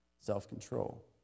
self-control